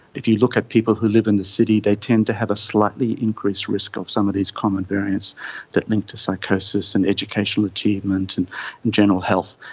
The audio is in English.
if you look at people who live in the city, they tend to have a slightly increased risk of some of these common variants that a link to psychosis, and educational achievement and general health.